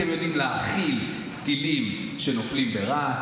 אתם יודעים להכיל טילים שנופלים ברהט,